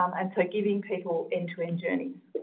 um and so giving people end to end journeys.